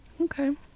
Okay